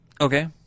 Okay